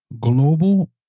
global